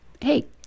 hey